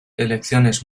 elecciones